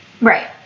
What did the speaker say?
Right